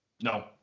No